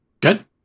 Good